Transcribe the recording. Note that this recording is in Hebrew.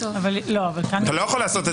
אתה לא יכול לעשות את זה.